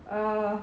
err